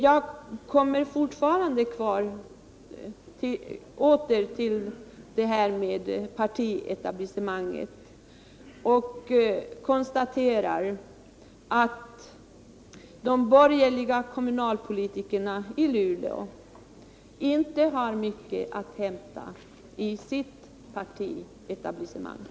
Jag kommer åter till frågan om partietablissemanget och konstaterar att de borgerliga kommunalpolitikerna i Luleå inte har mycket att hämta hos sina partier i etablissemanget.